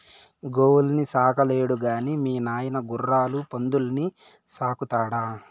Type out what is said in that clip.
గోవుల్ని సాకలేడు గాని మీ నాయన గుర్రాలు పందుల్ని సాకుతాడా